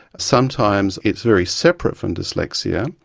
sometimes it's very separate from dyslexia.